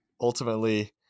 ultimately